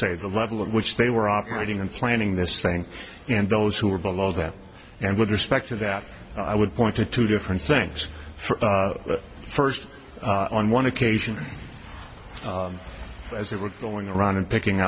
say the level in which they were operating and planning this thing and those who are below that and with respect to that i would point to two different things first on one occasion as they were going around and picking